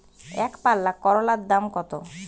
একপাল্লা করলার দাম কত?